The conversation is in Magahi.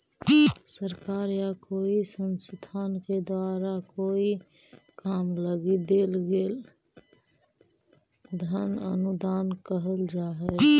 सरकार या कोई संस्थान के द्वारा कोई काम लगी देल गेल धन अनुदान कहल जा हई